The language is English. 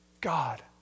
God